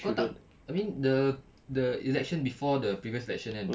kau tak I mean the the election before the previous election kan